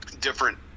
Different